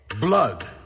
Blood